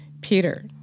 Peter